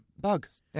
Bugs